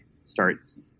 starts